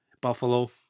Buffalo